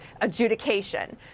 adjudication